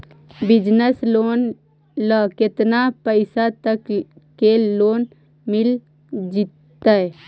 Business loan ल केतना पैसा तक के लोन मिल जितै?